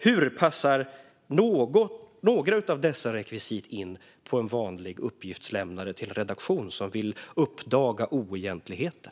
Hur passar några av dessa rekvisit in på en vanlig uppgiftslämnare som vänder sig till en redaktion och vill uppdaga oegentligheter?